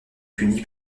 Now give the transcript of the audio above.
puni